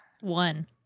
One